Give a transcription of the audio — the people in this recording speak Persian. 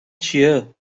چیه